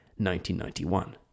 1991